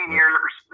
years